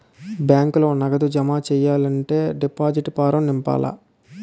బ్యాంకులో నగదు జమ సెయ్యాలంటే డిపాజిట్ ఫారం నింపాల